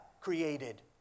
created